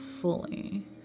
fully